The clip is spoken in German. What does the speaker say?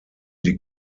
die